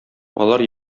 алар